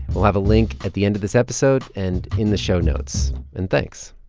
we'll have a link at the end of this episode and in the show notes. and thanks